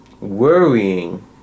Worrying